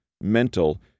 mental